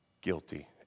Guilty